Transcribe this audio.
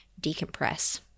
decompress